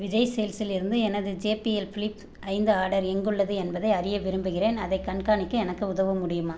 விஜய் சேல்ஸ்ஸிலிருந்து எனது JBL Flip ஐந்து ஆர்டர் எங்குள்ளது என்பதை அறிய விரும்புகிறேன் அதைக் கண்காணிக்க எனக்கு உதவ முடியுமா